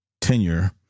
tenure